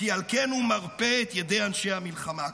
"כי על כן הוא מרפא את ידי אנשי המלחמה ---",